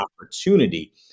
opportunity